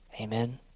Amen